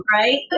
right